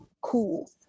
cool